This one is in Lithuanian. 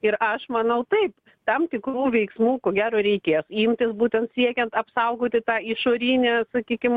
ir aš manau taip tam tikrų veiksmų ko gero reikės imtis būtent siekiant apsaugoti tą išorinę sakykim